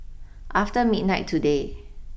after midnight today